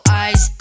eyes